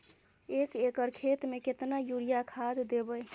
एक एकर खेत मे केतना यूरिया खाद दैबे?